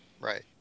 Right